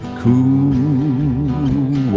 cool